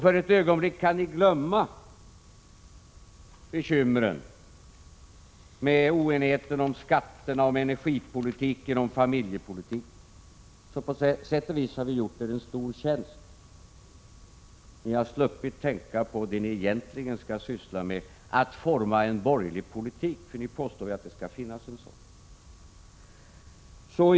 För ett ögonblick kan ni glömma bekymren med oenigheten om skatterna, om energipolitiken och om familjepolitiken, så på sätt och vis har vi gjort er en stor tjänst genom att ni har sluppit tänka på vad ni egentligen skall syssla med, nämligen att forma en borgerlig politik. Ni påstår ju att det skall finnas en sådan.